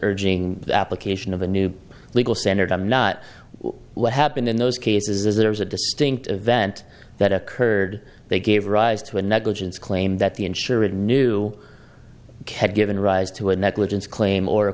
urging the application of a new legal standard i'm not what happened in those cases there was a distinct event that occurred they gave rise to a negligence claim that the insurer it knew had given rise to a negligence claim or a